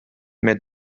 mehr